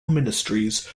ministries